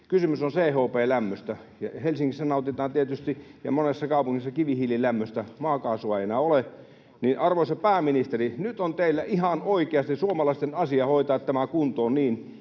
Kysymys on CHP-lämmöstä, ja tietysti Helsingissä ja monessa kaupungissa nautitaan kivihiililämmöstä. Maakaasua ei enää ole. Arvoisa pääministeri, nyt on teillä ihan oikeasti suomalaisten asia hoitaa tämä kuntoon niin,